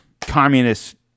communist